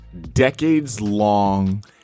decades-long